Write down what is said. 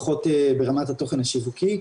פחות ברמת התוכן השיווקי,